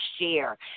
share